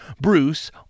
bruce